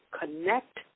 connect